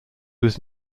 was